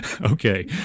Okay